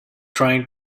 trying